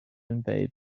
invade